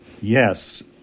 Yes